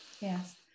yes